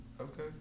Okay